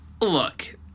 Look